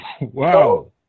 wow